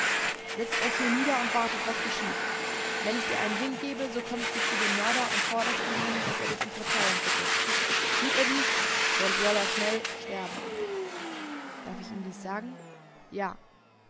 setzt euch hier nieder und wartet was geschieht wenn ich dir einen wink gebe so kommst du zu dem mörder und forderst von ihm daß er dich um verzeihung bitte tut er dies so soll er schnell sterben darf ich ihm dies sagen ja